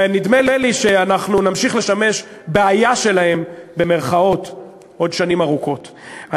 ונדמה לי שאנחנו נמשיך לשמש "בעיה" שלהם עוד שנים ארוכות.